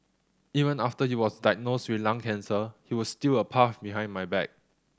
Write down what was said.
even after he was diagnosed with lung cancer he would steal a puff behind my back